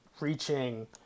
reaching